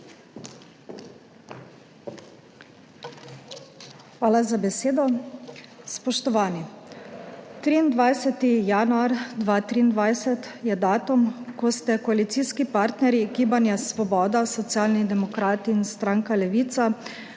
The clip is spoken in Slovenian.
Hvala za besedo. Spoštovani! 23. januar 2023 je datum, ko ste koalicijski partnerji Gibanja Svoboda, Socialni demokrati in stranka Levica